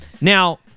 Now